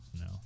No